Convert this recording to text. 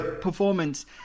performance